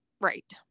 right